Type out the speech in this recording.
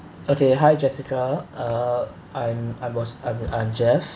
okay hi jessica uh I'm I was I'm I'm jeff